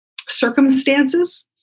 circumstances